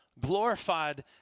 Glorified